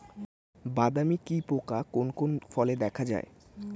বাদামি কি পোকা কোন কোন ফলে দেখা যায়?